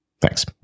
thanks